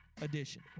edition